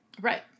Right